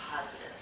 positive